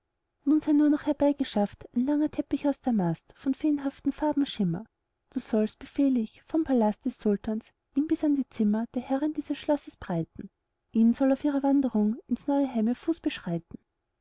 sei nur noch herbeigeschafft ein langer teppich aus damast von feenhaftem farbenschimmer du sollst befehl ich vom palast des sultans ihn bis an die zimmer der herrin dieses schlosses breiten ihn soll auf ihrer wanderung ins neue heim ihr fuß beschreiten